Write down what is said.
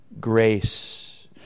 grace